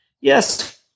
Yes